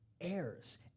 heirs